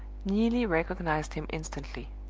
neelie recognized him instantly.